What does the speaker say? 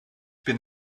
bin